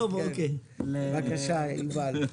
בבקשה יובל.